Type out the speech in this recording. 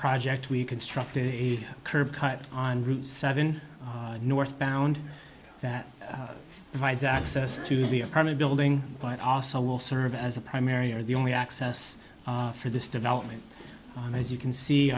project we constructed a curve cut on route seven northbound that provides access to the apartment building but also will serve as a primary are the only access for this development as you can see